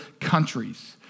countries